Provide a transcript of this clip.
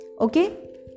okay